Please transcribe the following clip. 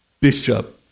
bishop